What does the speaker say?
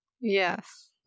Yes